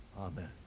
Amen